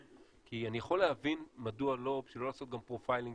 אני יכול להבין מדוע שלא לעשות גם פרופיילינג